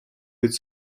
быть